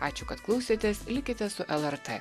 ačiū kad klausėtės likite su lrt